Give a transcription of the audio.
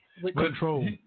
Control